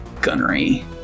gunnery